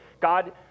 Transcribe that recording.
God